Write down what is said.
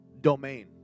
domain